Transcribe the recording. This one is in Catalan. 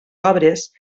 obres